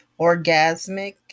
orgasmic